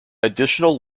additional